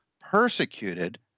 persecuted